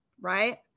right